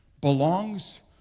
belongs